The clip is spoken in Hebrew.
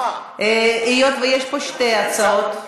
היות שיש פה שתי הצעות,